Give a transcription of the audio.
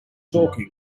talking